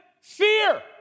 Fear